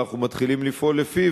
ואנחנו מתחילים לפעול לפיו,